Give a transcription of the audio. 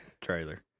Trailer